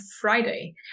Friday